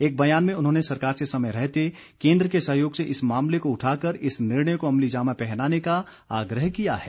एक बयान में उन्होंने सरकार से समय रहते केंद्र के सहयोग से इस मामले को उठाकर इस निर्णय को अमलीजामा पहनाने का आग्रह किया है